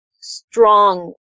strong